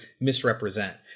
Misrepresent